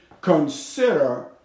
Consider